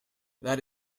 that